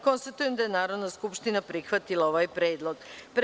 Konstatujem da je Narodna skupština prihvatila ovaj predlog.